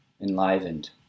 enlivened